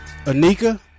Anika